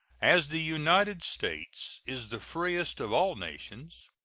as the united states is the freest of all nations,